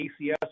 ACS